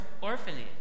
orphanage